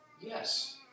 Yes